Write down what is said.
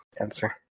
answer